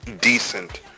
decent